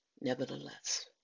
nevertheless